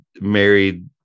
married